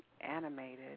animated